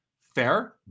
Fair